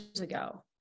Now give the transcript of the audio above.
ago